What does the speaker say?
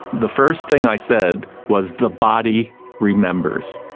the first thing i said was, the body remembers.